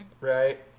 Right